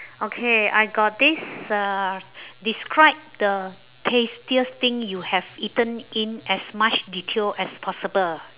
okay I got this uh describe the tastiest thing you have eaten in as much detail as possible